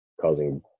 causing